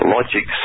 Logic